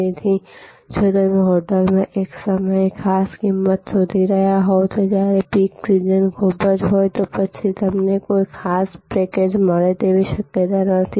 તેથી જો તમે હોટેલમાં એક સમયે ખાસ કિંમત શોધી રહ્યા હોવ જ્યારે પીક સીઝન ખૂબ જ હોય તો પછી તમને કોઈ ખાસ પેકેજ મળે તેવી શક્યતા નથી